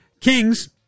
Kings